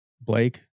Blake